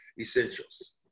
essentials